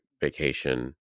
vacation